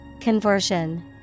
Conversion